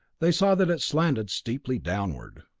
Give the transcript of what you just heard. they saw that it slanted steeply downward.